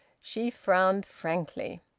she frowned frankly.